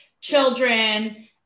children